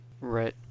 Right